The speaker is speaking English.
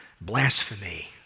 Blasphemy